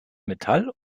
metall